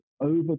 over